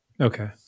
Okay